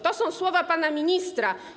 To są słowa pana ministra.